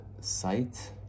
site